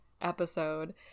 episode